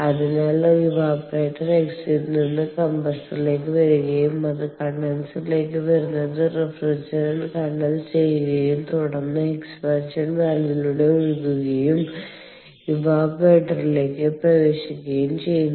അതിനാൽ evaporator exit നിന്നു കംപ്രസ്സറിലേക്ക് വരുകയും അത് കണ്ടൻസറിലേക്ക് വരുന്നത് റഫ്രിജറന്റിനെ കണ്ടൻസ് ചെയുകയും തുടർന്ന് എക്സ്പാൻഷൻ വാൽവിലൂടെ ഒഴുകുകയും ഇവാപറേറ്ററിലേക്ക് പ്രവേശിക്കുകയും ചെയ്യുന്നു